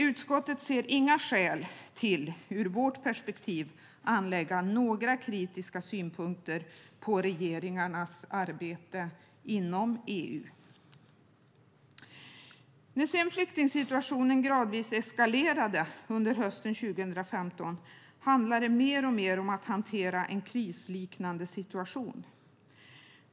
Utskottet ser inga skäl till att ur vårt perspektiv anlägga några kritiska synpunkter på regeringarnas arbete inom EU. När flyktingsituationen gradvis eskalerade under hösten 2015 handlade det alltmer om att hantera en krisliknande situation.